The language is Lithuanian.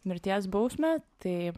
mirties bausmę tai